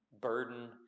burden